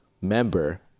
member